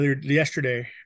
yesterday